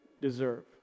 deserve